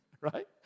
right